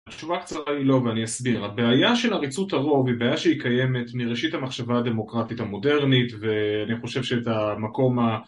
התשובה הקצרה היא לא ואני אסביר. הבעיה של עריצות הרוב היא בעיה שהיא קיימת מראשית המחשבה הדמוקרטית המודרנית ואני חושב שאת המקום